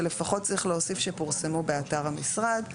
שלפחות צריך להוסיף שפורסמו באתר המשרד,